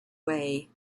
way